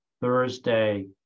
Thursday